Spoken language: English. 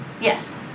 Yes